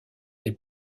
des